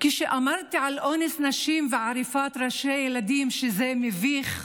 כשאמרתי על אונס נשים ועריפת ראשי ילדים שזה מביש,